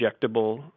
injectable